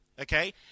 Okay